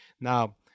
Now